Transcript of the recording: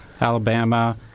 Alabama